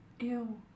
Ew